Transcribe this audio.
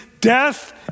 Death